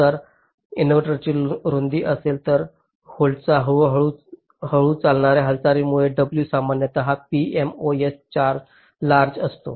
तर जर इन्व्हर्टर रुंदी असेल तर होल्ड्सच्या हळू चालण्याच्या हालचालीमुळे W सामान्यत pMOS लार्ज असतो